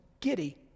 giddy